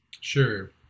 Sure